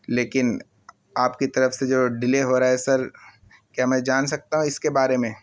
لیکن آپ کی طرف سے جو ڈیلے ہو رہا ہے سر کیا میں جان سکتا ہوں اس کے بارے میں